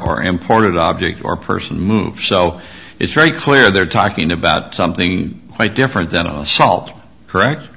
or imported object or person moves so it's very clear they're talking about something quite different than a solved correct